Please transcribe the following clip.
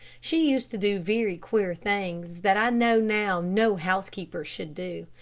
she used to do very queer things, that i know now no housekeeper should do.